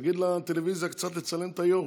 תגיד לטלוויזיה קצת לצלם את היושב-ראש,